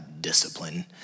discipline